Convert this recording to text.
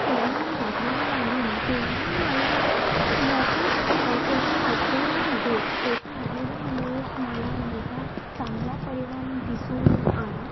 तर तेव्हा मी वापरायला लागले ना तेव्हा मला याचे एका आठवड्यामध्येच एका आठवड्यामध्येच मला ह्याचा चांगला परिणाम दिसून आला